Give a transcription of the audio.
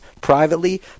privately